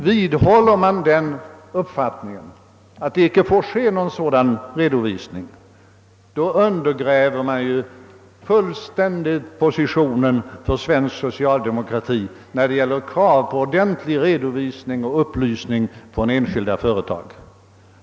Vidhåller man den uppfattningen, att det icke får lämnas någon sådan redovisning, undergräver man fullständigt den svenska socialdemokratins position när det gäller krav på ordentlig redovisning och upplysning från enskilda företag.